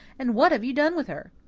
and what have you done with her?